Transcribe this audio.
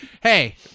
Hey